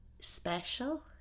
Special